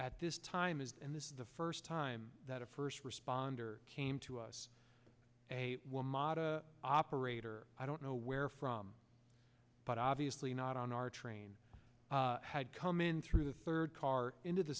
at this time is and this is the first time that a first responder came to us a woman operator i don't know where from but obviously not on our train had come in through the third car into the